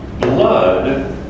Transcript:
blood